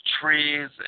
Trees